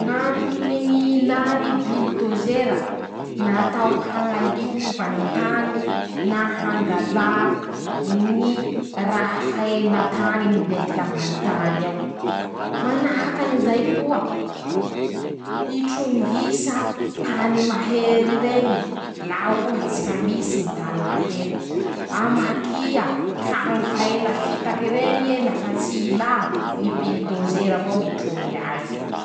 Ñ'antony ñ'ilà ñy bilodôzera: -Natao hañaliova ñy tany na hangalà ñy, raha fahela tañy milentiky ambany tany ao. -Manahaka'izay koa, hitrongisa tany mahery reñy, la ohatry ka misy ñy tany mahery. -Amakia traño fa ela fitaky reñy ie, lafa tsy ilà ñy bilodôzera avao mitrongy azy.